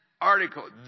article